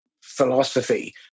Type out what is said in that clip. philosophy